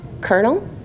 colonel